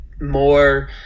more